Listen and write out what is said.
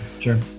sure